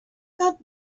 got